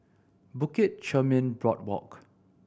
Bukit Chermin Boardwalk